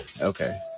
okay